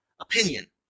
opinion